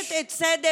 משבשת את סדר-יומה,